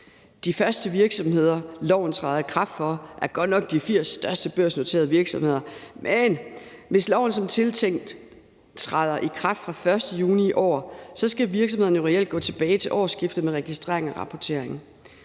De første virksomheder, loven træder i kraft for, er godt nok de 80 største børsnoterede virksomheder. Men hvis loven som tiltænkt træder i kraft fra den 1. juni i år, skal virksomhederne jo reelt gå tilbage til årsskiftet med registreringen og rapporteringen,